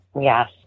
yes